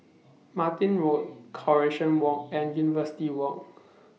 Martin Road Coronation Walk and University Walk